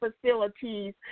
facilities